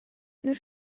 nus